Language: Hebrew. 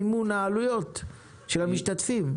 למה אתה לא מוסיף מיליארדים למימון העלויות של המשתמשים?